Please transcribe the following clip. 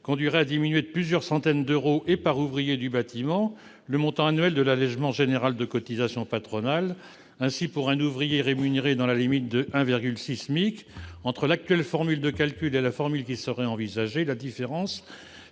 conduirait à diminuer de plusieurs centaines d'euros par ouvrier du bâtiment le montant annuel de l'allégement général de cotisations patronales. Ainsi, pour un ouvrier rémunéré dans la limite de 1,6 fois le SMIC, entre l'actuelle formule de calcul et la nouvelle formule envisagée, la différence